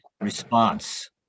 response